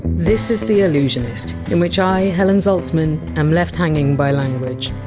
this is the allusionist, in which i, helen zaltzman, am left hanging by language